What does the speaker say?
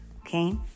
okay